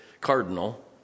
cardinal